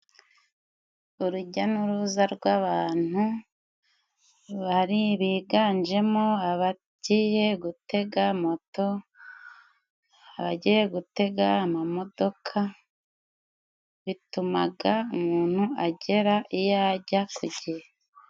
Urujya n'uruza rw'abantu biganjemo abagiye gutega moto, abagiye gutega amamodoka, bitumaga umuntu agera iyo ajya ku gihe.